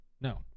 no